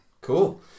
Cool